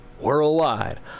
Worldwide